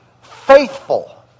faithful